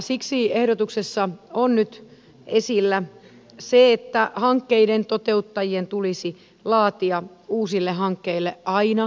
siksi ehdotuksessa on nyt esillä se että hankkeiden toteuttajien tulisi laatia uusille hankkeille aina riskianalyysit